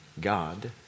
God